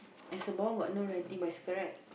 and Sembawang got no renting bicycle right